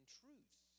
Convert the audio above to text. truth